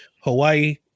Hawaii